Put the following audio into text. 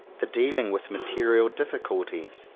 the dealing with material difficulties,